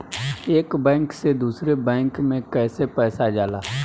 एक बैंक से दूसरे बैंक में कैसे पैसा जाला?